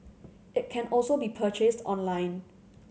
it can also be purchased online